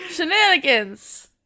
shenanigans